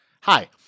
Hi